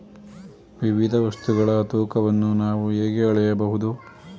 ವಿವಿಧ ವಸ್ತುಗಳ ತೂಕವನ್ನು ನಾವು ಹೇಗೆ ಅಳೆಯಬಹುದು?